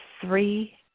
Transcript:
three